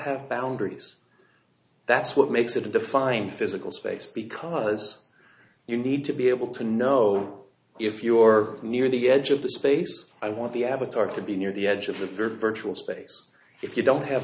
have boundaries that's what makes it a defined physical space because you need to be able to know if you're near the edge of the space i want the avatar to be near the edge of the virtual space if you don't have